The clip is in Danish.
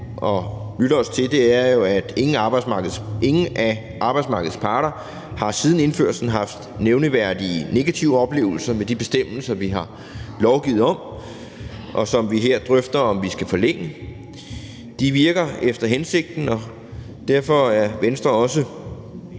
og lytter os til, er jo, at ingen af arbejdsmarkedets parter siden indførelsen har haft nævneværdige negative oplevelser med de bestemmelser, vi har lovgivet om, og som vi her drøfter om vi skal forlænge. De virker efter hensigten, og derfor vil Venstre